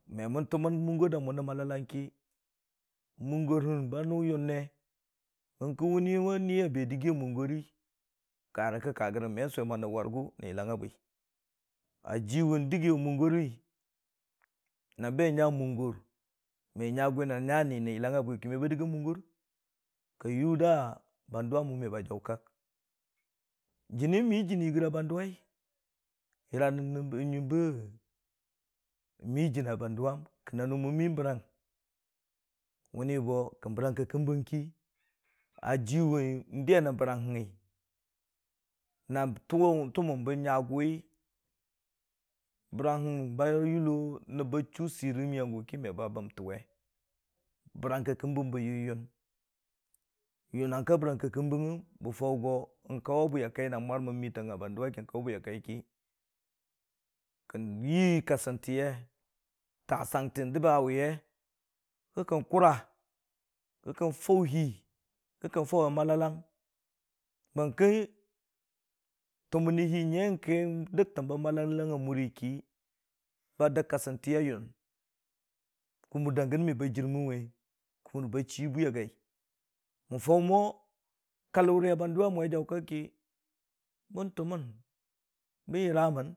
Me mən tʊmən mʊggor da mʊn nən malalang ki bərki mʊggorhən banʊ yʊnie, bərki wʊni ni a be dəg mʊggor hən, ka rə kə ka gərəng, me sʊwe mo nəb wʊrig nən yɨlang a bwi. A jiwʊn dəggi amʊgori me nya gʊ nən yɨlangbwi me ba dəgga mʊggor ka y da bandʊwa mo meba jaʊ kak jɨnii, mii jɨnii gəra bandʊwai yəra nən nyʊim ba wii jɨnii a bandwam kə na nʊ mən mii bərang, mənni bo kən bərang ka kəmbang ki ajiwʊ n'diye rə bərang hən gə na tʊ mən bə nya gʊwi, bərang hə ba yʊlo na nəb ba chuu sɨrəmi agʊ ki, me ba bəmtʊwe, bərang ka kəmbəng bə yonyəng yonang ka bərang ka kəmbəngngə bə fao go kaʊwa bwi a kai na mʊr mən miitangnga banduwai na kauwa bwi a kai ki kən yii kasəntɨye, tasang ta dai kə kan kʊra kə kan faɨ hi, kə kan faʊ we malalang bəng kə tʊmən nən hi yəng ke n'dəgtən bə malalang a mri ki, ba dəg kasɨntɨ a yong kmr da gən me ba jirmən we, kʊmʊr ba chii a gai. Mən faʊ mo kaluri a banduwa mʊ a jaʊ kak ki, bən tʊmən bən yɨramən.